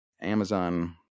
Amazon